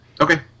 Okay